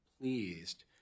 pleased